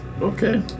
Okay